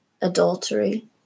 adultery